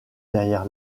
derrière